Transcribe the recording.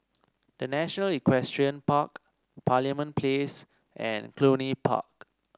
The National Equestrian Park Parliament Place and Cluny Park